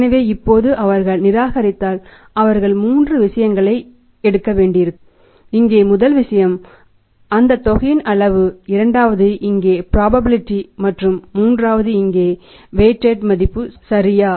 எனவே இப்போது அவர்கள் நிராகரித்தால் அவர்கள் மூன்று விஷயங்களை எடுக்க வேண்டியிருக்கும் இங்கே முதல் விஷயம் அந்த தொகையின் அளவு இரண்டாவது இங்கே ப்ராபபிலிடீ மற்றும் மூன்றாவது இங்கே வைடிட் மதிப்பு சரியா